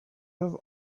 have